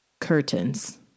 curtains